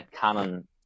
Canon